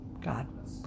God